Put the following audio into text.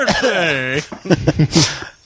birthday